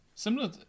Similar